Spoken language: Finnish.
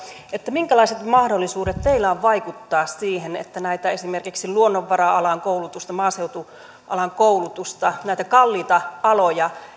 minkälaiset mahdollisuudet teillä on vaikuttaa siihen että esimerkiksi luonnonvara alan koulutusta maaseutualan koulutusta näitä kalliita aloja